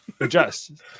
adjust